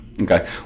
okay